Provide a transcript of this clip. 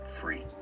free